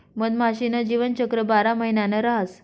मधमाशी न जीवनचक्र बारा महिना न रहास